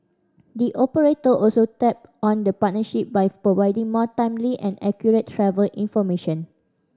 the operator also tap on the partnership by providing more timely and accurate travel information